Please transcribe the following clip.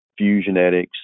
Fusionetics